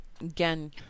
again